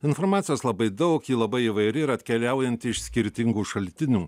informacijos labai daug ji labai įvairi ir atkeliaujanti iš skirtingų šaltinių